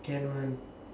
can one